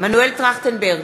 מנואל טרכטנברג,